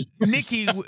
Nikki